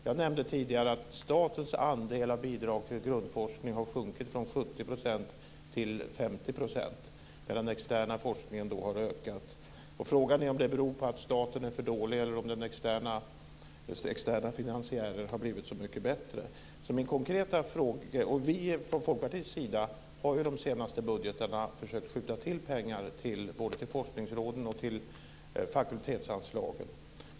Jag nämnde tidigare att statens andel av bidrag till grundforskning har sjunkit från 70 % till 50 %, men den externa forskningen har ökat. Frågan är om det beror på att staten är för dålig eller om externa finansiärer har blivit så mycket bättre. Vi i Folkpartiet har i de senaste budgetarna försökt skjuta till pengar både till forskningsråden och till fakultetsanslagen.